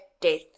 death